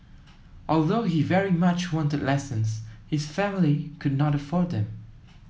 although he very much wanted lessons his family could not afford them